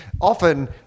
often